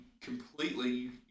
completely